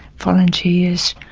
volunteers,